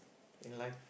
in life